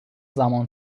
زمان